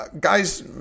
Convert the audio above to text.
Guys